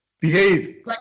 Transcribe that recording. behave